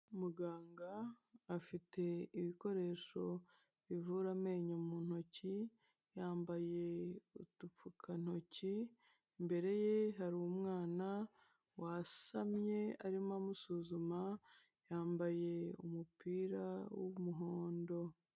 Muganga afite ibikoresho bivura amenyo mu ntoki yambaye udupfukantoki imbere ye hari umwana wasamye arimo amusuzuma yambaye umupira w'umuhondo.